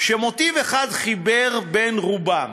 שמוטיב אחד חיבר את רובן: